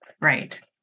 right